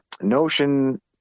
notion